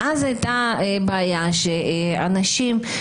ואז הייתה בעיה שאנשים,